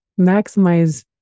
maximize